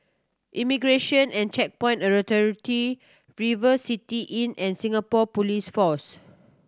Immigration and Checkpoint Authority River City Inn and Singapore Police Force